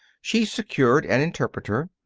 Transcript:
she secured an interpreter.